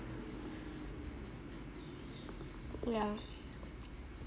yeah